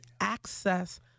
access